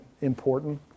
important